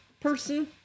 person